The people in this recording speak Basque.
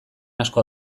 asko